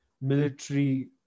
military